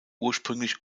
ursprünglich